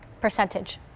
percentage